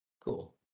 Cool